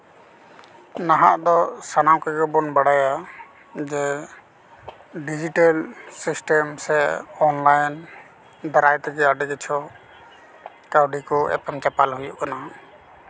ᱱᱟᱦᱟᱜ ᱫᱚ ᱥᱟᱱᱟᱢ ᱠᱚᱜᱮ ᱵᱚᱱ ᱵᱟᱲᱟᱭᱟ ᱰᱤᱡᱤᱴᱮᱞ ᱥᱤᱥᱴᱮᱢ ᱥᱮ ᱚᱱᱞᱟᱭᱤᱱ ᱫᱟᱨᱟᱭ ᱛᱮᱜᱮ ᱟᱹᱰᱤ ᱠᱤᱪᱷᱩ ᱠᱟᱹᱣᱰᱤ ᱠᱚ ᱮᱯᱮᱢ ᱪᱟᱯᱟᱞ ᱦᱩᱭᱩᱜ ᱠᱟᱱᱟ